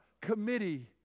committee